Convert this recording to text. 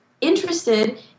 interested